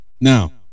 now